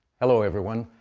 hello, everyone.